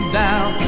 down